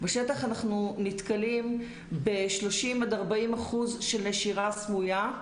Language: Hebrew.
בשטח אנחנו נתקלים ב-30% עד 40% של נשירה סמויה,